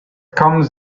comes